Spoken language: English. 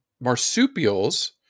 marsupials